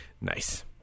Nice